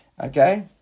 Okay